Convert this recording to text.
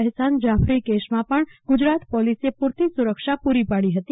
અહેસાન જાફરી કેસમાં પણ ગુજરાત પોલીસે પુરતી સુરક્ષા પુરી પાડી હતી